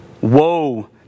Woe